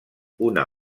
una